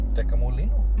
Tecamolino